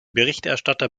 berichterstatter